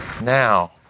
Now